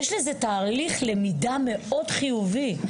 יש לזה תהליך למידה מאוד חיובי.